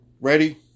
Ready